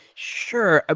sure. ah